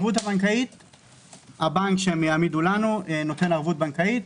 הבנק שהם יעמידו לנו נותן ערבות בנקאית.